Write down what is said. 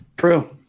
True